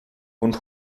und